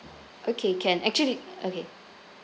okay can actually okay